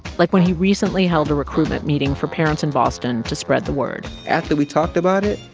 like when he recently held a recruitment meeting for parents in boston to spread the word after we talked about it,